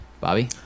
Bobby